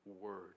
word